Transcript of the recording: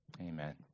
amen